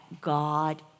God